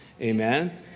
Amen